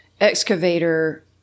excavator